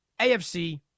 AFC